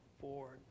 forward